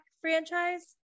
franchise